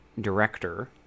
director